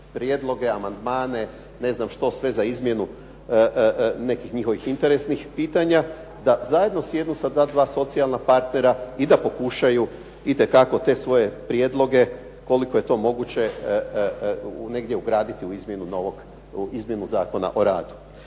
prijedloge, amandmane, ne znam što sve za izmjenu nekih njihovih interesnih pitanja da zajedno sjednu sa ta dva socijalna partnera i da pokušaju te svoje prijedloge koliko je to moguće negdje ugraditi u izmjenu Zakona o radu.